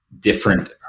different